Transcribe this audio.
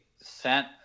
sent